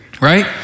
right